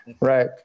right